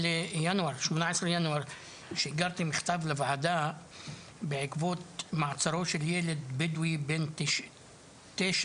19 לינואר שיגרתי מכתב לוועדה בעקבות מעצרו של ילד בדואי בן תשע.